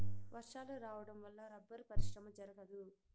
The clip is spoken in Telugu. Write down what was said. వర్షాలు రావడం వల్ల రబ్బరు పరిశ్రమ జరగదు